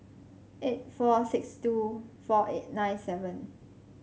eight four six two four eight nine seven